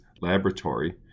laboratory